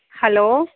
hello